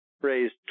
raised